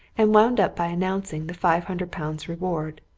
and wound up by announcing the five hundred pounds reward.